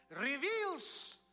reveals